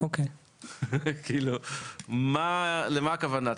למה הכוונה?